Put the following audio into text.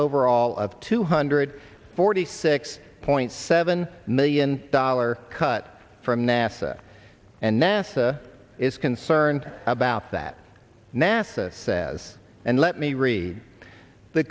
overall of two hundred forty six point seven million dollar cut from nasa and nasa is concerned and about that nasa says and let me read the